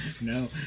no